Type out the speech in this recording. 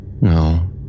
No